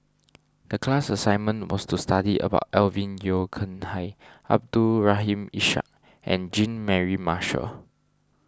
the class assignment was to study about Alvin Yeo Khirn Hai Abdul Rahim Ishak and Jean Mary Marshall